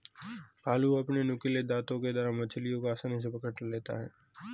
भालू अपने नुकीले दातों के द्वारा मछलियों को आसानी से पकड़ लेता है